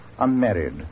Unmarried